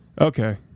okay